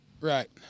Right